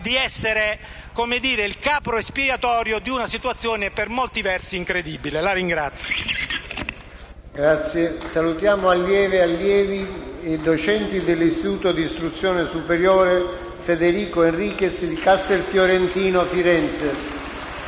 di essere il capro espiatorio di una situazione per molti versi incredibili. *(Applausi